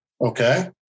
Okay